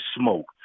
smoke